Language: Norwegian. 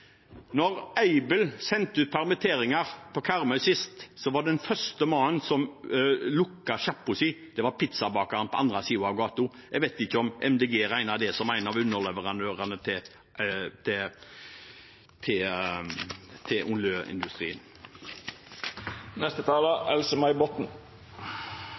sendte ut permitteringsvarsler på Karmøy sist, var den første mannen som lukket sjappa si, pizzabakeren på den andre siden av gaten. Jeg vet ikke om Miljøpartiet De Grønne regner det som en av underleverandørene til